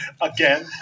again